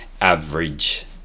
average